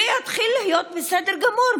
ויתחיל להיות בסדר גמור.